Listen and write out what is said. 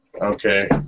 Okay